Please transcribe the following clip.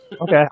Okay